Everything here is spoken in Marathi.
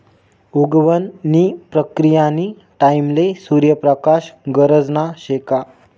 उगवण नी प्रक्रीयानी टाईमले सूर्य प्रकाश गरजना शे का